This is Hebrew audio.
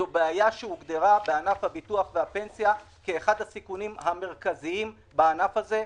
זאת בעיה שהוגדרה בענף הביטוח והפנסיה כאחד הסיכונים המרכזיים בענף הזה.